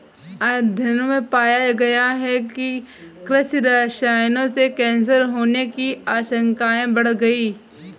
अध्ययनों में पाया गया है कि कृषि रसायनों से कैंसर होने की आशंकाएं बढ़ गई